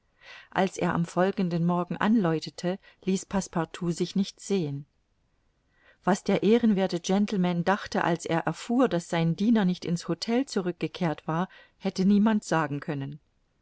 als er am folgenden morgen anläutete ließ passepartout sich nicht sehen was der ehrenwerthe gentleman dachte als er erfuhr daß sein diene nicht in's htel zurückgekehrt war hätte niemand sagen können